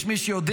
יש מי שיודע